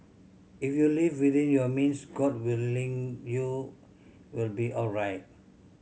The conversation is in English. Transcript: if you live within your means God willing you will be alright